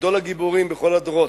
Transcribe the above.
גדול הגיבורים בכל הדורות,